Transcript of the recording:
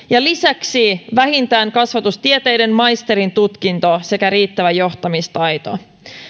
ja lisäksi vähintään kasvatustieteiden maisterin tutkinto sekä riittävä johtamistaito